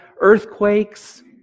earthquakes